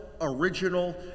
original